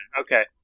Okay